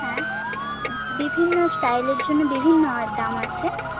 হ্যাঁ বিভিন্ন স্টাইলের জন্য বিভিন্ন দাম আছে